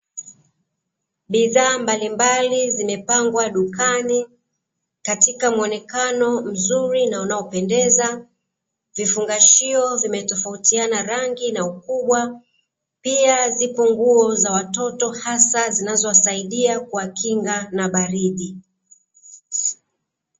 Bidha mbalimbali zimepangwa dukani katika muonekano mzuri na unao pendeza vifungashio vimetofautiana rangi na ukubwa, pia zipo nguo za watoto hasa zinazo wasaidia kuwakinga na baridi.